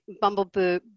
bumblebee